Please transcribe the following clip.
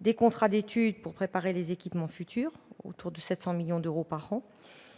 des contrats d'étude pour préparer les équipements futurs pour un montant de 700 millions d'euros par an